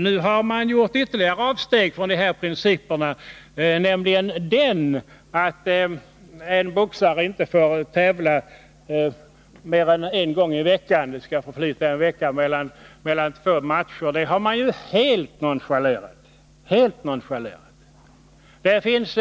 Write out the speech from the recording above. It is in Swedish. Nu har man gjort ytterligare avsteg från dessa principer, nämligen från den bestämmelsen att en boxare inte får tävla mer än en gång i veckan, att det skall förflyta en vecka mellan två matcher. Det har man helt nonchalerat. Det finns